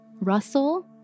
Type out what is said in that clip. Russell